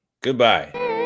Goodbye